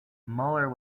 muller